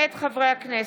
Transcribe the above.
מאת חברי הכנסת